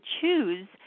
choose